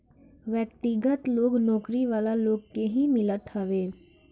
व्यक्तिगत लोन नौकरी वाला लोग के ही मिलत हवे